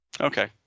Okay